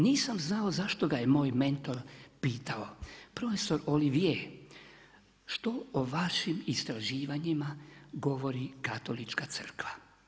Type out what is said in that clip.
Nisam znao zašto ga je moj mentor pitao, prof. Olivie što o vašim istraživanjima govori katolička crkva.